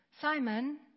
Simon